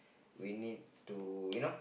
we need to you know